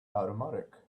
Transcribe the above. automatic